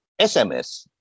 SMS